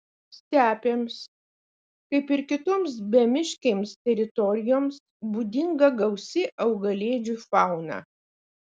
stepėms kaip ir kitoms bemiškėms teritorijoms būdinga gausi augalėdžių fauna